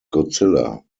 godzilla